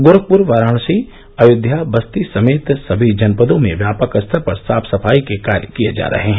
गोरखपुर वाराणसी अयोध्या बस्ती समेत सभी जनपदों में व्यापक स्तर पर साफ सफाई के कार्य किए जा रहे हैं